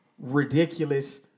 ridiculous